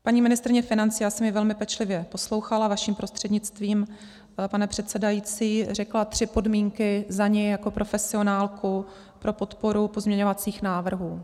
Paní ministryně financí, já jsem ji velmi pečlivě poslouchala vaším prostřednictvím, pane předsedající, řekla tři podmínky za ni jako profesionálku pro podporu pozměňovacích návrhů.